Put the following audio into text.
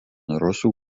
rusų